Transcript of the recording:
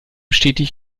stetig